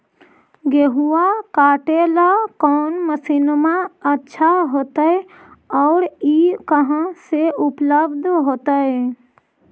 गेहुआ काटेला कौन मशीनमा अच्छा होतई और ई कहा से उपल्ब्ध होतई?